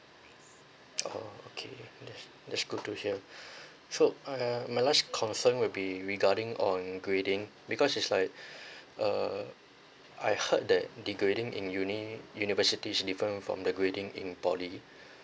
orh okay that's good to hear so my last confirm will be regarding on grading because is like uh I heard that the grading in uni universities different from the grading in poly